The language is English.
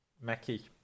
Mackie